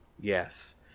yes